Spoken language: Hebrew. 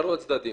שוב על הנוסח.